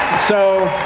so.